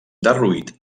derruït